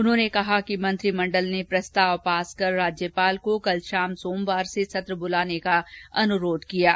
उन्होंने कहा कि मंत्रिमंडल ने प्रस्ताव पास कर राज्यपाल को कल शाम सोमवार से सत्र बुलाने का अनुरोध किया है